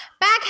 Back